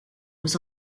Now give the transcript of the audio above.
aux